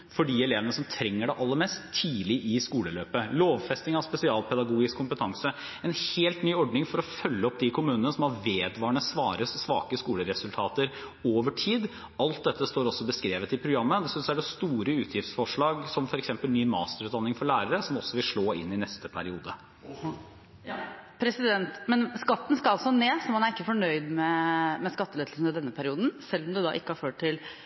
for de elevene som trenger det aller mest tidlig i skoleløpet, lovfesting av spesialpedagogisk kompetanse, en helt ny ordning for å følge opp de kommunene som har vedvarende svake skoleresultater over tid. Alt dette står også beskrevet i programmet. Dessuten er det store utgiftsforslag, som f.eks. ny masterutdanning for lærere, som også vil slå inn i neste periode. Men skatten skal altså ned, så man er ikke fornøyd med skattelettelsen i denne perioden, selv om det ikke har ført til